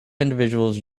individuals